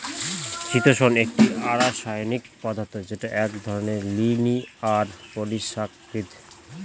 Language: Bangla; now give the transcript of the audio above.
চিতোষণ একটি অরাষায়নিক পদার্থ যেটা এক ধরনের লিনিয়ার পলিসাকরীদ